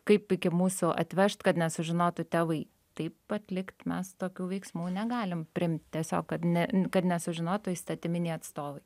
kaip iki mūsų atvežt kad nesužinotų tėvai taip atlikt mes tokių veiksmų negalim priimt tiesiog kad ne kad nesužinotų įstatyminiai atstovai